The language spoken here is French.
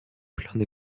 plein